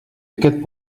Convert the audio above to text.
aquest